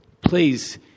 Please